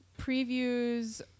previews